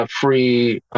Free